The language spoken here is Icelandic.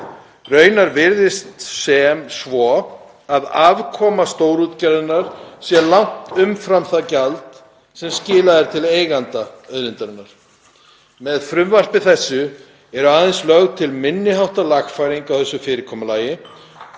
Raunar virðist sem svo að afkoma stórútgerðanna sé langt umfram það gjald sem skilað er til eiganda auðlindarinnar. Með frumvarpi þessu er aðeins lögð til minni háttar lagfæring á þessu fyrirkomulagi,